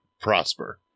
prosper